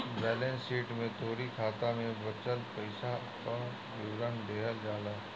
balance sheet में तोहरी खाता में बचल पईसा कअ विवरण देहल जाला